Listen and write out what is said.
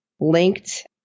linked